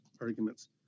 arguments